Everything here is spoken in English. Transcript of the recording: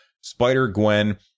Spider-Gwen